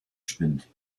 spinnt